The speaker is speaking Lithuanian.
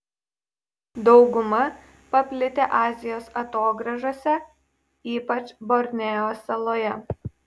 dauguma paplitę azijos atogrąžose ypač borneo saloje